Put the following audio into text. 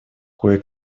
кое